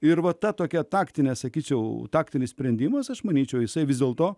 ir va ta tokia taktinė sakyčiau taktinis sprendimas aš manyčiau jisai vis dėlto